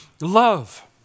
love